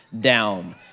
down